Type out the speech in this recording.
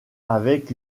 avec